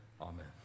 amen